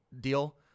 deal